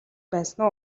байсан